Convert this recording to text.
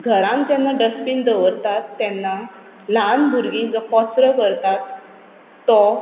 घरांत जेन्ना डस्टबीन दवरतात तेन्ना ल्हान भुरगीं जो कचरो करतात तो